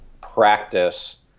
practice